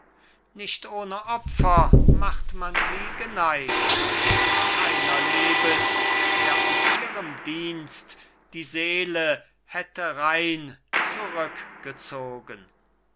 nicht ohne opfer macht man sie geneigt und keiner lebet der aus ihrem dienst die seele hätte rein zurückgezogen